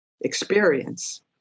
experience